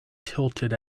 tilted